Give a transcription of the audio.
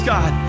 God